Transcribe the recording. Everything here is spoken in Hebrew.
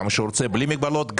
בלי מגבלות?